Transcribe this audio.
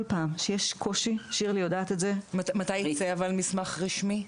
כל פעם שיש קושי ושירלי יודעת את זה- -- אבל מתי ייצא מסמך רשמי?